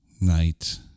night